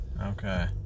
Okay